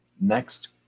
Next